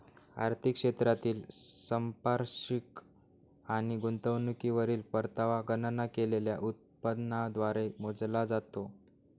आर्थिक क्षेत्रातील संपार्श्विक आणि गुंतवणुकीवरील परतावा गणना केलेल्या उत्पन्नाद्वारे मोजला जातो